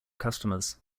customers